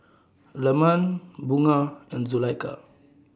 Leman Bunga and Zulaikha